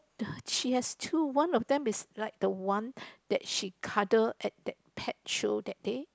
she has two one of them is like the one that she cuddle at that pet show that day